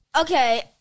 okay